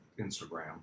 Instagram